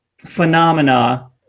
phenomena